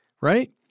right